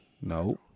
No